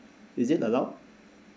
is it allowed